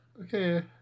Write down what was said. Okay